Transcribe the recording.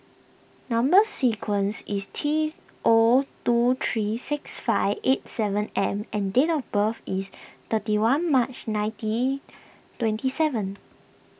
Number Sequence is T O two three six five eight seven M and date of birth is thirty one March nineteen twenty seven